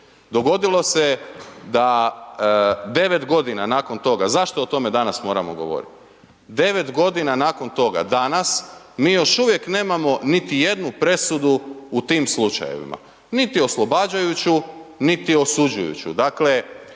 Dogodilo se da 9 godina nakon toga, zašto o tome danas moramo govoriti, 9 godina danas, mi još uvijek nemamo niti jednu presudu u tim slučajevima, niti oslobađajuću, niti osuđujuću.